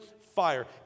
fire